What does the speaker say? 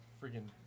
freaking